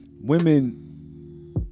women